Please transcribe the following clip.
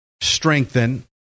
strengthen